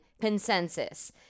consensus